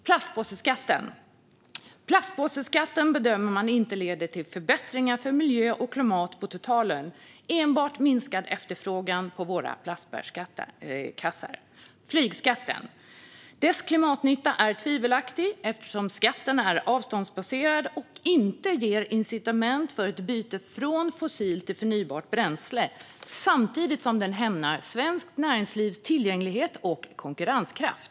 Plastpåseskatten: Man bedömer att denna skatt inte leder till förbättringar för miljö och klimat på totalen utan enbart till minskad efterfrågan på våra plastbärkassar. Flygskatten: Dess klimatnytta är tvivelaktig, eftersom skatten är avståndsbaserad och inte ger incitament för ett byte från fossilt till förnybart bränsle samtidigt som den hämmar svenskt näringslivs tillgänglighet och konkurrenskraft.